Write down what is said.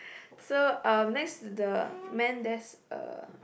so um next to the man there's uh